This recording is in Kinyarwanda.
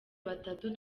batatu